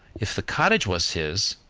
if the cottage was his,